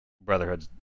Brotherhood's